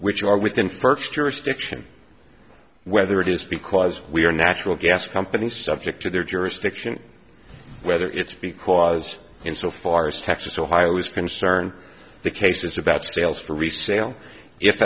which are within first jurisdiction whether it is because we are natural gas companies subject to their jurisdiction whether it's because in so far as texas ohio is concerned the case is about sales for resale if